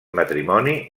matrimoni